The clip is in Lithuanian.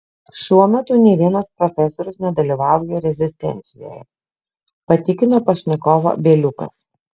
šiuo metu nė vienas profesorius nedalyvauja rezistencijoje patikino pašnekovą bieliukas